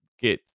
get